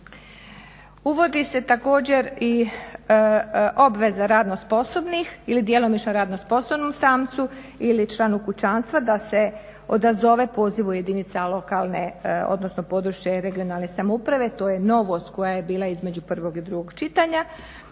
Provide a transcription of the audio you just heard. Uvodi se također i obveza radno sposobnih ili djelomično radno sposobnom samcu ili članu kućanstva da se odazove pozivu jedinica lokalne odnosno područne regionalne samouprave. To je novost koja je bila između prvog i drugog čitanja.